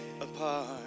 apart